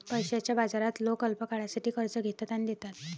पैशाच्या बाजारात लोक अल्पकाळासाठी कर्ज घेतात आणि देतात